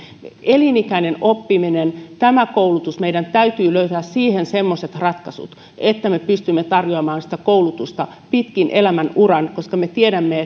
elinikäinen oppiminen ja koulutus meidän täytyy löytää siihen semmoiset ratkaisut että me pystymme tarjoamaan koulutusta pitkin elämän uraa koska me tiedämme